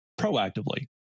proactively